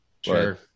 Sure